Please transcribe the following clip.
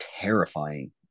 terrifying